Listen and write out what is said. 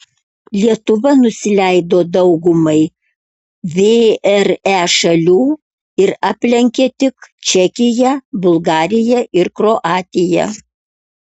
lietuva nusileido daugumai vre šalių ir aplenkė tik čekiją bulgariją ir kroatiją